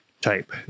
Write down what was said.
type